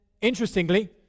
interestingly